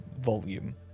volume